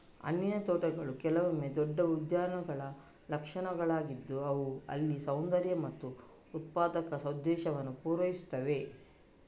ಹಣ್ಣಿನ ತೋಟಗಳು ಕೆಲವೊಮ್ಮೆ ದೊಡ್ಡ ಉದ್ಯಾನಗಳ ಲಕ್ಷಣಗಳಾಗಿದ್ದು ಅವು ಅಲ್ಲಿ ಸೌಂದರ್ಯ ಮತ್ತು ಉತ್ಪಾದಕ ಉದ್ದೇಶವನ್ನು ಪೂರೈಸುತ್ತವೆ